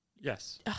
Yes